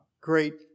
great